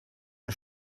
een